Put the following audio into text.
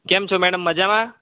કેમ છો મેડમ મજામાં